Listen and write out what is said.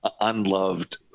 unloved